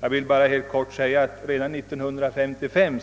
Jag vill bara helt kort erinra om att riksdagen redan under 1955